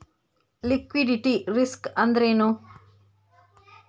Liquidity risk ಅಂದ್ರೇನು?